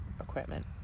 equipment